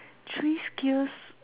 three skills